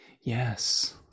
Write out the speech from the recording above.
Yes